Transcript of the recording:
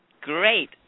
Great